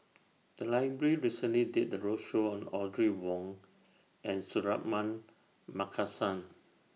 The Library recently did A roadshow on Audrey Wong and Suratman Markasan